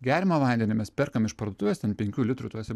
geriamą vandenį mes perkam iš parduotuvės ten penkių litrų tose